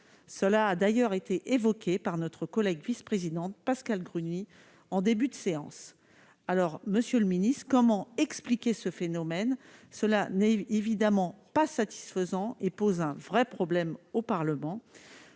cela a d'ailleurs été évoquée par notre collègue vice-présidente Pascale Gruny en début de séance, alors Monsieur le Ministre, comment expliquer ce phénomène, cela n'est évidemment pas satisfaisant et pose un vrai problème au Parlement